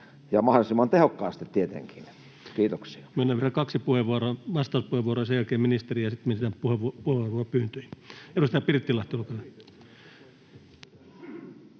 ja mahdollisimman tehokkaasti tietenkin? — Kiitoksia. Myönnän vielä kaksi vastauspuheenvuoroa, sen jälkeen ministeri, ja sitten mennään puheenvuoropyyntöihin. — Edustaja Pirttilahti, olkaa hyvä.